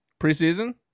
preseason